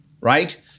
right